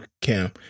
Cam